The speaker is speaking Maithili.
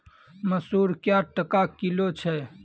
मसूर क्या टका किलो छ?